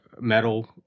metal